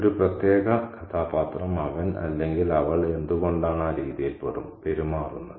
ഒരു പ്രത്യേക കഥാപാത്രം അവൻ അല്ലെങ്കിൽ അവൾ എന്ത് കൊണ്ടാണ് ആ രീതിയിൽ പെരുമാറുന്നത്